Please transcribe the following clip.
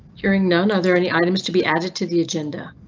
hearing none, are there any items to be added to the agenda?